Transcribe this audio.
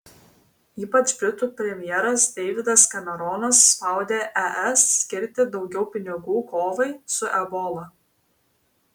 ypač britų premjeras deividas kameronas spaudė es skirti daugiau pinigų kovai su ebola